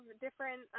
different